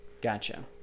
Gotcha